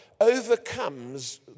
overcomes